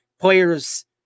Players